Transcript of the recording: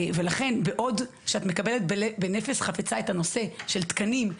לכן בעוד שאת מקבלת בנפש חפצה את הנושא של תקנים,